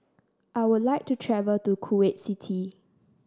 I would like to travel to Kuwait City